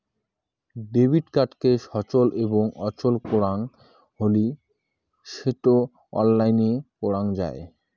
debit কার্ডকে সচল এবং অচল করাং হলি সেটো অনলাইনে করাং যাই